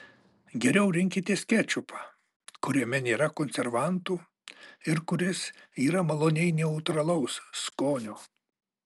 geriau rinkitės kečupą kuriame nėra konservantų ir kuris yra maloniai neutralaus skonio